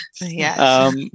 Yes